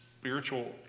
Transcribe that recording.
spiritual